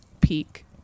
peak